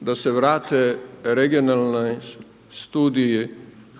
da se vrate regionalni studiji